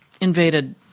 invaded